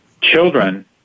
Children